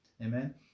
amen